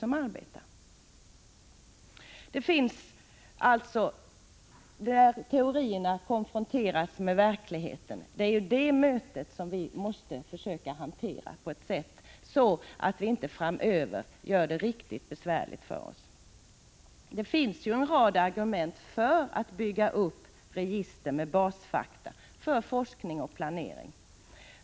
Det är det mötet, när teorierna konfronteras med verkligheten, som vi måste försöka hantera på ett sätt så att vi inte framöver gör det riktigt besvärligt för oss. Det finns en rad argument för att bygga upp register med basfakta för forskning och planering.